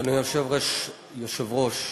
אדוני היושב-ראש,